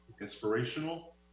Inspirational